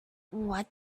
what